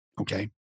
Okay